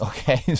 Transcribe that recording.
Okay